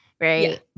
right